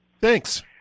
Thanks